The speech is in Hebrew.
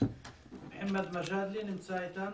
מוחמד זחקאלה נמצא אתנו?